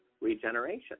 regeneration